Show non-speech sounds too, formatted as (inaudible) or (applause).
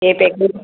ही (unintelligible)